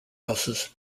houses